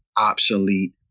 obsolete